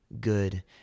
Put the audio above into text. good